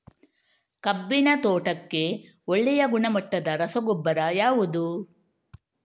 ಕಬ್ಬಿನ ತೋಟಕ್ಕೆ ಒಳ್ಳೆಯ ಗುಣಮಟ್ಟದ ರಸಗೊಬ್ಬರ ಯಾವುದು?